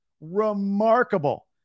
Remarkable